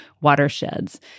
watersheds